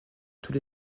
tous